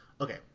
okay